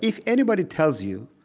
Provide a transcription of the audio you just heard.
if anybody tells you,